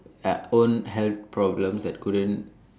at own health problems that couldn't